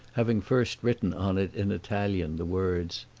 having first written on it in italian the words,